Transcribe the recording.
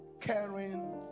caring